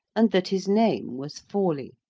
and that his name was forley.